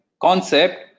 concept